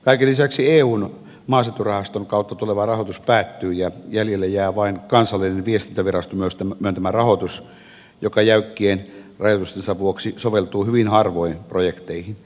kaiken lisäksi eun maaseuturahaston kautta tuleva rahoitus päättyy ja jäljelle jää vain kansallinen viestintäviraston myöntämä rahoitus joka jäykkien rajoitustensa vuoksi soveltuu hyvin harvoin projekteihin